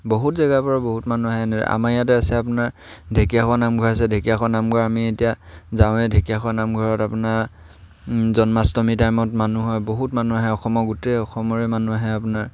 বহুত জেগাৰপৰা বহুত মানুহ আহে আমাৰ ইয়াতে আছে আপোনাৰ ঢেকীয়াখোৱা নামঘৰ আছে ঢেকীয়াখোৱা নামঘৰ আমি এতিয়া যাওঁৱে ঢেকীয়াখোৱা নামঘৰত আপোনাৰ জন্মাষ্টমী টাইমত মানুহ হয় বহুত মানুহ আহে অসমৰ গোটেই অসমৰে মানুহ আহে আপোনাৰ